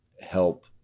help